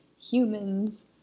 humans